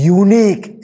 unique